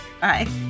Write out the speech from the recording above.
Bye